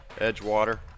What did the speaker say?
Edgewater